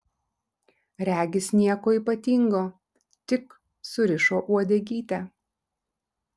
regis nieko ypatingo tik surišo uodegytę